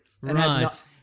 Right